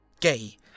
gay